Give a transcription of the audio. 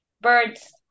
Birds